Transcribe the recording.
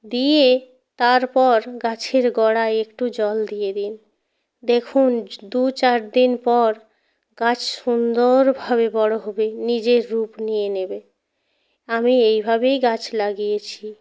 দিয়ে তারপর গাছের গোড়ায় একটু জল দিয়ে দিন দেখুন দুচার দিন পর গাছ সুন্দরভাবে বড় হবে নিজের রূপ নিয়ে নেবে আমি এইভাবেই গাছ লাগিয়েছি